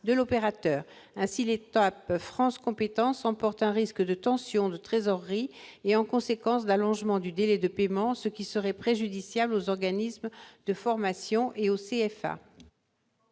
de l'opérateur. Ainsi, l'étape France compétences emporte un risque de tension de trésorerie et, en conséquence, d'allongement du délai de paiement, ce qui serait préjudiciable aux organismes de formation et aux CFA.